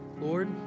Lord